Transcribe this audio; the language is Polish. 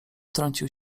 wtrącił